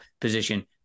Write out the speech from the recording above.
position